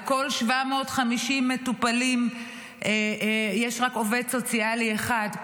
על כל 750 מטופלים יש רק עובד סוציאלי אחד,